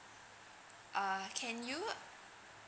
uh can you